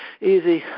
easy